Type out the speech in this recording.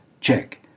Check